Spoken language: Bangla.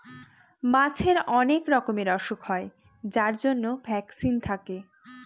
মাছের অনেক রকমের ওসুখ হয় যার জন্য ভ্যাকসিন থাকে